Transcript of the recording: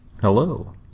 Hello